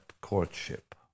courtship